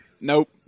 nope